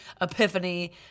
epiphany